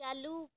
चालू